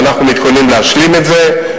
ואנחנו מתכוננים להשלים את זה,